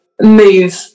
move